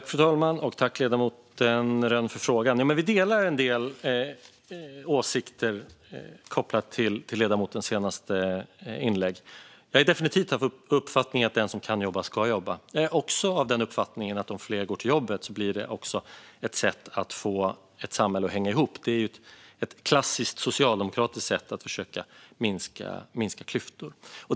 Fru talman! Tack, ledamoten Rönn, för frågan! Vi delar en del åsikter kopplat till ledamotens senaste inlägg. Jag är definitivt av uppfattningen att den som kan jobba ska jobba. Jag är också av den uppfattningen att om fler går till jobbet blir det ett sätt att få ett samhälle att hänga ihop. Det är ett klassiskt socialdemokratiskt sätt att försöka minska klyftor.